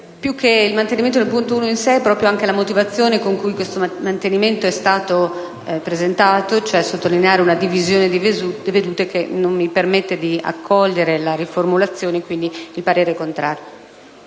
più che il mantenimento del punto 1) in sé è proprio la motivazione con cui questo mantenimento è stato presentato, che ha voluto sottolineare una divisione di vedute, che non mi permette di accogliere la richiesta. Quindi confermo il parere contrario.